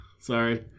sorry